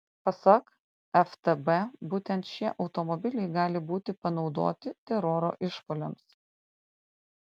pasak ftb būtent šie automobiliai gali būti panaudoti teroro išpuoliams